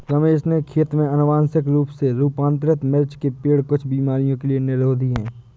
रमेश के खेत में अनुवांशिक रूप से रूपांतरित मिर्च के पेड़ कुछ बीमारियों के लिए निरोधी हैं